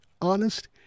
honest